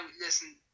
listen